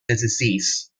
disease